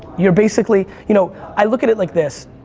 you're basically, you know, i look at it like this,